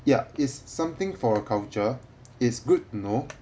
ya it's something for a culture is good to know